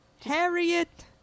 Harriet